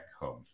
home